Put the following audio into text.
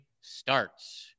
starts